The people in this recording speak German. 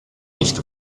nicht